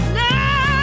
now